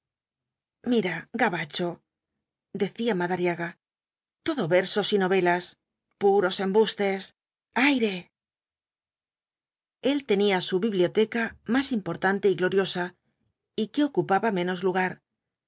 gabacho decía madariaga todo versos y novelas puros embustes aire el tenía su biblioteca más importante y gloriosa y que ocupaba menos lugar